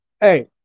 hey